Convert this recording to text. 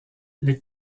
les